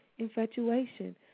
infatuation